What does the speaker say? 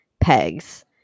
pegs